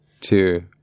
two